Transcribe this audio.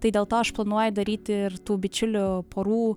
tai dėl to aš planuoju daryti ir tų bičiulių porų